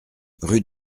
rue